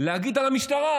להגיד על המשטרה,